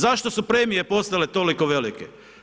Zašto su premije postale toliko velike?